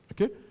Okay